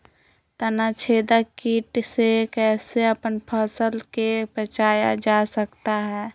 तनाछेदक किट से कैसे अपन फसल के बचाया जा सकता हैं?